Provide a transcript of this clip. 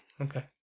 Okay